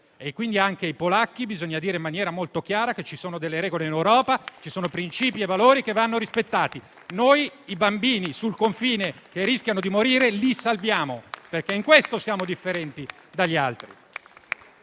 quindi anche ai polacchi bisogna dire in maniera molto chiara che ci sono delle regole in Europa, ci sono principi e valori che vanno rispettati. Noi i bambini che rischiano di morire sul confine li salviamo, perché in questo siamo differenti dagli altri